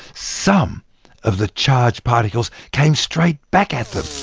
some of the charged particles came straight back at them.